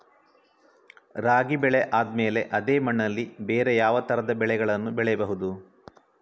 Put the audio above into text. ರಾಗಿ ಬೆಳೆ ಆದ್ಮೇಲೆ ಅದೇ ಮಣ್ಣಲ್ಲಿ ಬೇರೆ ಯಾವ ತರದ ಬೆಳೆಗಳನ್ನು ಬೆಳೆಯಬಹುದು?